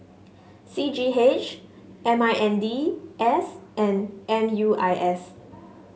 C G H M I N D S and M U I S